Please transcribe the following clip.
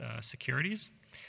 securities